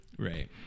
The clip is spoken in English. Right